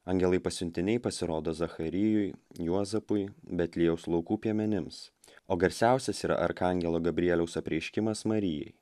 angelai pasiuntiniai pasirodo zacharijui juozapui betliejaus laukų piemenims o garsiausias yra arkangelo gabrieliaus apreiškimas marijai